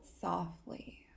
softly